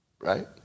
right